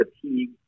fatigue